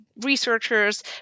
researchers